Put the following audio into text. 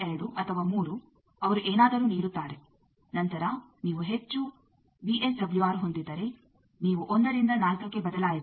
2 ಅಥವಾ 3 ಅವರು ಏನಾದರೂ ನೀಡುತ್ತಾರೆ ನಂತರ ನೀವು ಹೆಚ್ಚು ವಿಎಸ್ ಡಬ್ಲ್ಯೂಆರ್ ಹೊಂದಿದ್ದರೆ ನೀವು 1 ರಿಂದ 4ಕ್ಕೆ ಬದಲಾಯಿಸಿ